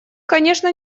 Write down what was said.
конечно